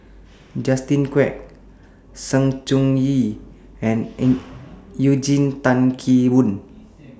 Justin Quek Sng Choon Yee and Eugene Tan Kheng Boon